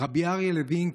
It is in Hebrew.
רבי אריה לוין,